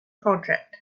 project